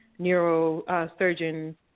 neurosurgeon